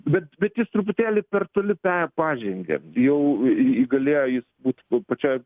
bet bet jis truputėlį per toli pe pažengė jau į į į galėjo jis būt po čia